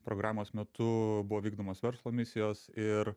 programos metu buvo vykdomos verslo misijos ir